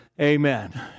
Amen